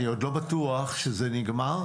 אני עוד לא בטוח שזה נגמר,